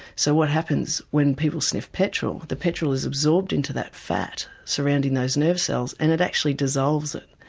so what happens when people sniff petrol, the petrol is absorbed into that fat surrounding those nerve cells and it actually dissolves it.